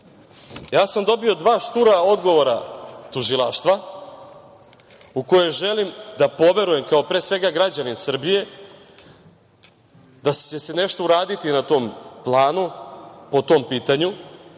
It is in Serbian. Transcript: ja sam dobio dva štura odgovora Tužilaštva u koje želim da poverujem kao, pre svega, građanin Srbije da će se nešto uraditi na tom planu, po tom pitanju.